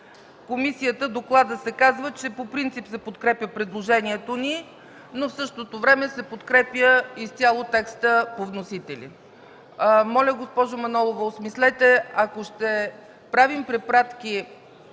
комисията се казва, че по принцип се подкрепя предложението ни, но в същото време се подкрепя изцяло текста по вносителите. Моля Ви, госпожо Манолова, осмислете и ако ще правим препратки,